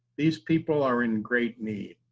these people are in great need.